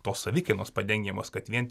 tos savikainos padengimas kad vien